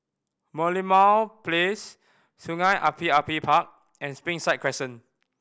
Merlimau Place Sungei Api Api Park and Springside Crescent